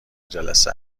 جلسه